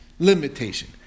limitation